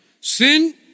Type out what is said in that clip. Sin